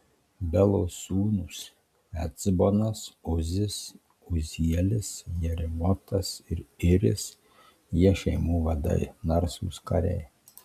belos sūnūs ecbonas uzis uzielis jerimotas ir iris jie šeimų vadai narsūs kariai